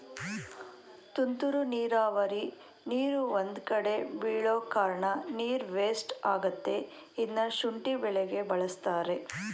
ತುಂತುರು ನೀರಾವರಿ ನೀರು ಒಂದ್ಕಡೆ ಬೀಳೋಕಾರ್ಣ ನೀರು ವೇಸ್ಟ್ ಆಗತ್ತೆ ಇದ್ನ ಶುಂಠಿ ಬೆಳೆಗೆ ಬಳಸ್ತಾರೆ